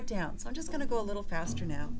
it down so i'm just going to go a little faster now